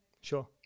Sure